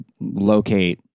locate